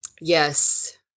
yes